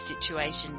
situation